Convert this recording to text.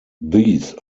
these